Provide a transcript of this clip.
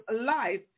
life